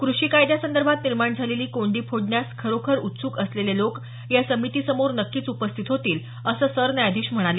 कृषी कायद्यासंदर्भात निर्माण झालेली कोंडी फोडण्यास खरोखर उत्सुक असलेले लोक या समितीसमोर नक्कीच उपस्थित होतील असं सरन्यायाधीश म्हणाले